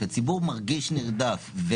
כשהציבור מרגיש נרדף,